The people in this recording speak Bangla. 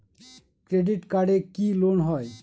ক্রেডিট কার্ডে কি লোন হয়?